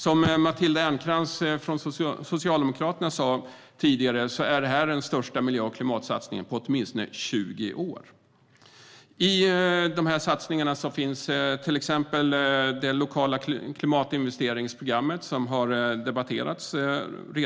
Som Matilda Ernkrans från Socialdemokraterna sa tidigare är det här den största miljö och klimatsatsningen på åtminstone 20 år. I de här satsningarna finns till exempel det lokala klimatinvesteringsprogrammet som redan har debatterats här.